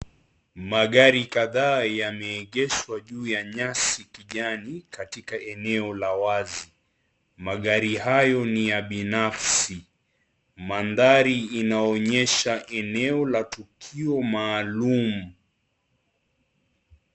Magari kadhaa yameegeshwa juu ya nyasi kijani katika eneo la wazi magari hayo ni ya binafsi, mandhari inaonyesha eneo la tukio maalum.